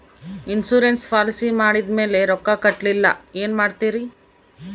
Insurance policy ಮಾಡಿದ ಮೇಲೆ ರೊಕ್ಕ ಕಟ್ಟಲಿಲ್ಲ ಏನು ಮಾಡುತ್ತೇರಿ?